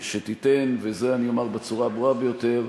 שתיתן, ואת זה אומר בצורה הברורה ביותר,